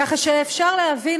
ככה שאפשר להבין,